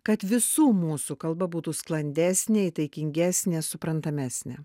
kad visų mūsų kalba būtų sklandesnė taikingesnė suprantamesnė